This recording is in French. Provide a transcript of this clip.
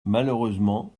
malheureusement